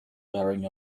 wearing